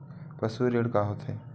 पशु ऋण का होथे?